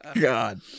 God